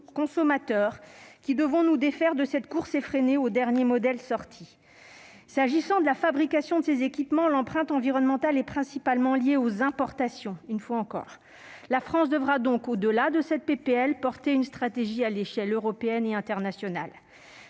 consommateurs, qui devons nous défaire de cette course effrénée au « dernier modèle sorti ». Concernant la fabrication de ces équipements, l'empreinte environnementale est principalement liée aux importations, une fois encore. La France devra donc, au-delà de cette PPL, porter une stratégie à l'échelle européenne et internationale.